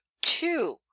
two